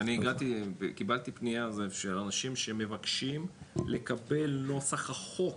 אני קיבלתי פנייה של אנשים שמבקשים לקבל נוסח החוק,